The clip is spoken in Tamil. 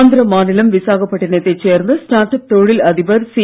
ஆந்திர மாநிலம் விசாகப்பட்டினத்தைச் சேர்ந்த ஸ்டார்ட் அப் தொழில் அதிபர் சி